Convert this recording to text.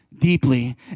deeply